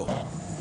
לא.